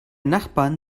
nachbarn